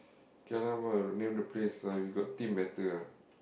can ah ball name the place uh we got team better ah